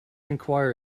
enquire